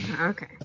Okay